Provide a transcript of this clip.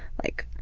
like,